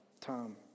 Tom